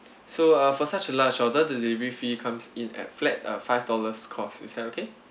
so uh for such a large order the delivery fee comes in at flat uh five dollars cost is that okay